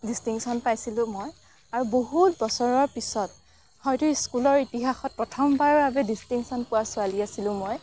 distinction পাইছিলোঁ মই আৰু বহুত বছৰৰ পিছত হয়তো স্কুলৰ ইতিহাসত প্ৰথমবাৰৰ বাবে ডিষ্টিংশ্যন পোৱা ছোৱালী আছিলোঁ মই